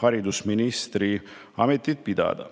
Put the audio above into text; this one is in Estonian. haridusministri ametit pidada.